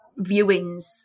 viewings